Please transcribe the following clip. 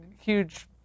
huge